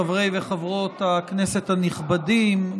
חברי וחברות הכנסת הנכבדים,